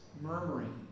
murmuring